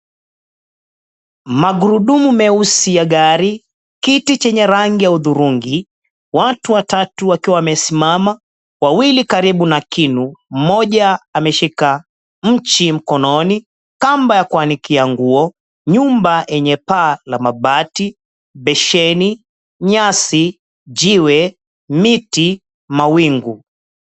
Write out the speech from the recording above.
Magurudumu meusi ya gari, kiti chenye rangi ya hudhurungi, watu watatu wakiwa wamesimama, wawili karibu na kinu, mmoja ameshika mchi mkonono, kamba ya kuanikia nguo, nyumba yenye paa la mabati, besheni, nyasi, jiwe, miti, mawingu.